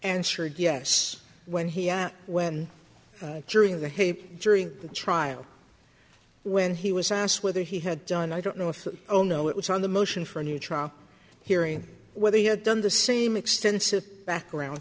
answered yes when he when during the hague during the trial when he was asked whether he had done i don't know if own know it was on the motion for a new trial hearing whether he had done the same extensive background